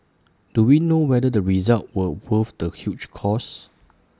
do we know whether the results were worth the huge cost